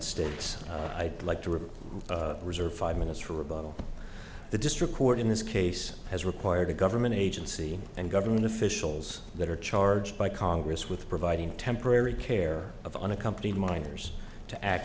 states i'd like to report reserve five minutes for rebuttal the district court in this case has required a government agency and government officials that are charged by congress with providing temporary care of unaccompanied minors to act